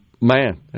man